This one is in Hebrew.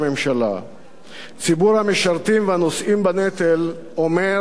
ציבור המשרתים והנושאים בנטל אומר בהמוניו: כן.